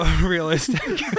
Realistic